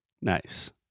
Nice